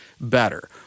better